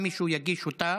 אם מישהו יגיש אותה,